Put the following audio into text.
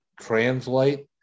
translate